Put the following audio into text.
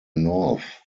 north